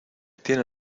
tiene